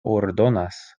ordonas